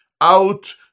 out